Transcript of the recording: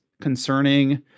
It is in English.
concerning